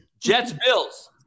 Jets-Bills